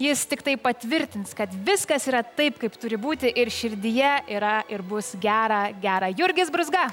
jis tiktai patvirtins kad viskas yra taip kaip turi būti ir širdyje yra ir bus gera gera jurgis brūzga